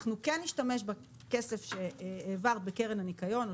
אנחנו נשתמש בכסף שהעברת בקרן הניקיון או